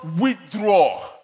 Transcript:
withdraw